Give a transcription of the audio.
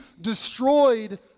destroyed